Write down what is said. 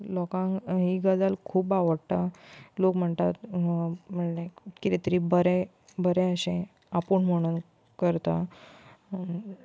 लोकांक ही गजाल खूब आवडटा लोक म्हणटात म्हणल्या किदें तरी बरें बरें अशें आपूण म्हणोन करता